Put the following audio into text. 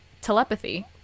telepathy